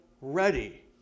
ready